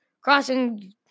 crossing